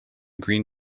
green